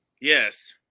Yes